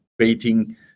creating